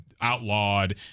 outlawed